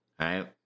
right